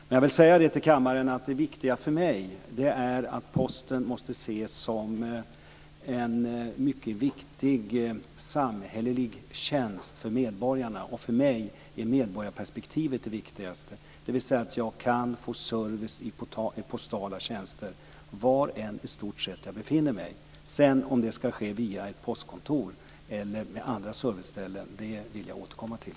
Men jag vill säga till kammaren att det viktiga för mig är att Posten måste ses som en mycket viktig samhällelig tjänst för medborgarna. För mig är medborgarperspektivet det viktigaste, dvs. att jag kan få service i postala tjänster i stort sett var jag än befinner mig. Om det sedan ska ske via ett postkontor eller via andra serviceställen vill jag återkomma till.